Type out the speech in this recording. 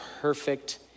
perfect